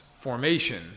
formation